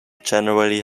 generally